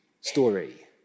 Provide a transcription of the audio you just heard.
story